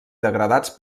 degradats